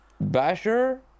Basher